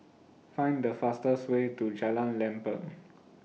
Find The fastest Way to Jalan Lempeng